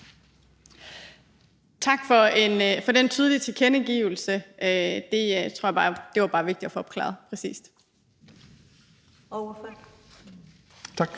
Tak for den tydelige tilkendegivelse. Det var bare vigtigt at få opklaret